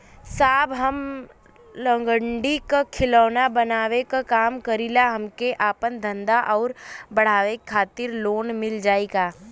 साहब हम लंगड़ी क खिलौना बनावे क काम करी ला हमके आपन धंधा अउर बढ़ावे के खातिर लोन मिल जाई का?